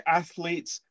athletes